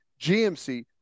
GMC